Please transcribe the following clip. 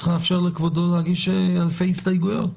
צריך לאפשר לכבודו להגיש אלפי הסתייגויות.